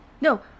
No